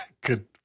Good